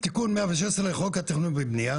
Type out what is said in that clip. תיקון 116 לחוק התכנון והבנייה.